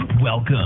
Welcome